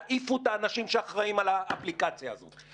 תעיפו את האנשים שאחראים על האפליקציה הזו.